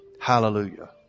Hallelujah